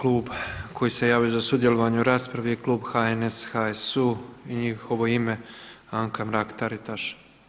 Sljedeći klub koji se javio za sudjelovanje u raspravi je klub HNS, HSU i u njihovo ime Anka Mrak-Taritaš.